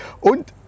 Und